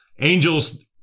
Angels